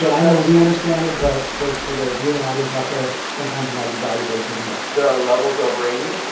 and i know we understand it but for the viewing audience out there, sometimes it might be valuable to do that. there are levels of rating.